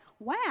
wow